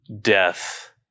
death